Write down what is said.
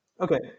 Okay